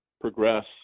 progress